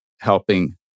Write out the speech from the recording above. helping